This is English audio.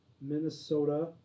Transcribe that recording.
Minnesota